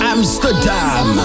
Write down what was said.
Amsterdam